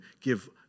give